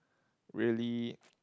really